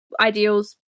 ideals